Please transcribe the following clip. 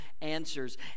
answers